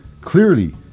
clearly